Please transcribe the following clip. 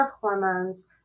hormones